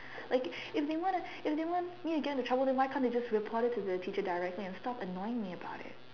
like it if they wanna if they want me to get into trouble then why can't they just report it to the teacher directly and stop annoying me about it